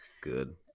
Good